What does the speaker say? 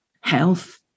health